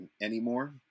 anymore